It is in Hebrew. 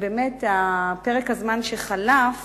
פרק הזמן שחלף